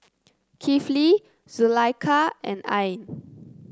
Kifli Zulaikha and Ain